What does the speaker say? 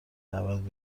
ابد